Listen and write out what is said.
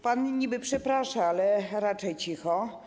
Pan niby przeprasza, ale raczej cicho.